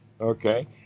Okay